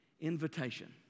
invitation